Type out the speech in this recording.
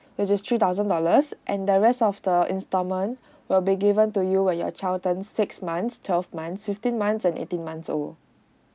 which is three thousand dollars and the rest of the installment will be given to you when your child turns six months twelve months fifteen months and eighteen months old